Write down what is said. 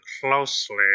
closely